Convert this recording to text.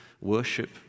worship